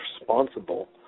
responsible